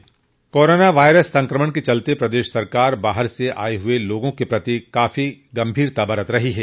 corona virus संक्रमण के चलते प्रदेश सरकार बाहर से आये हुए लोगों के प्रति काफी गंभीरता बरत रही है